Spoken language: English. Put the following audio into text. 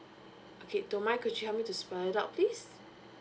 okay don't mind could you help me to spell it out please